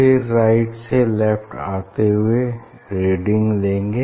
फिर राइट से लेफ्ट आते हुए रीडिंग लेंगे